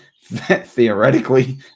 theoretically